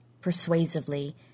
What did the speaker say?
persuasively